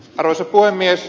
arvoisa puhemies